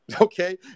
Okay